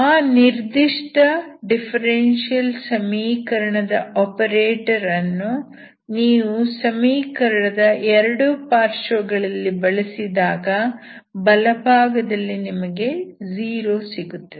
ಆ ನಿರ್ದಿಷ್ಟ ಡಿಫರೆನ್ಸಿಯಲ್ ಸಮೀಕರಣದ ಆಪರೇಟರ್ ಅನ್ನು ನೀವು ಸಮೀಕರಣದ 2 ಪಾರ್ಶ್ವಗಳಲ್ಲಿ ಬಳಸಿದಾಗ ಬಲಭಾಗದಲ್ಲಿ ನಿಮಗೆ 0 ಸಿಗುತ್ತದೆ